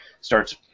starts